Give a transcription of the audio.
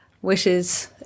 Wishes